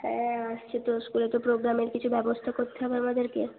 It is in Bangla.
হ্যাঁ আসছে তো স্কুলে তো প্রোগ্রামের কিছু ব্যবস্থা করতে হবে আমাদেরকে